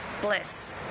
bliss